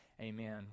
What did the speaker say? Amen